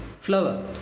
flower